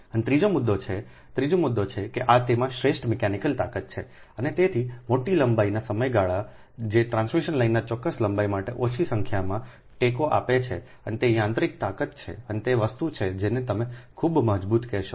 અને ત્રીજો મુદ્દો છે અને ત્રીજો મુદ્દો એ છે કે તેમાં શ્રેષ્ઠ મિકેનિકલ તાકાત છે અને તેથી મોટી લંબાઈનો સમયગાળો જે ટ્રાન્સમિશન લાઇનની ચોક્કસ લંબાઈ માટે ઓછી સંખ્યામાં ટેકો આપે છે અને તે યાંત્રિક તાકાત છે આ તે વસ્તુ છે જેને તમે ખૂબ મજબૂત કહેશો